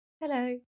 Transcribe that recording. Hello